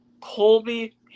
Colby